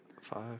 Five